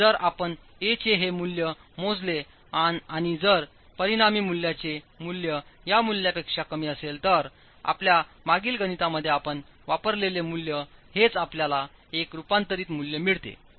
जर आपण a चेहे मूल्य मोजलेआणिजर परिणामी मूल्याचे मूल्य या मूल्यापेक्षा कमी असेल तरआपल्या मागील गणितांमध्ये आपण वापरलेले मूल्य हेच आपल्याला एक रूपांतरित मूल्य मिळते